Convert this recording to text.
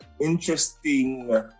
interesting